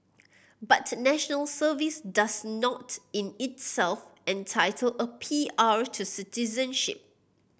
but National Service does not in itself entitle a P R to citizenship